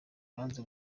banze